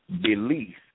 belief